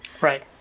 Right